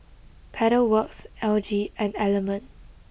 Pedal Works L G and Element